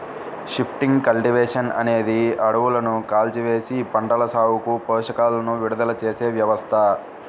shifting cultivation అనేది అడవులను కాల్చివేసి, పంటల సాగుకు పోషకాలను విడుదల చేసే వ్యవస్థ